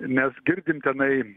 mes girdim tenai